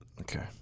Okay